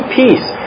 peace